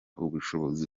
ubushobozi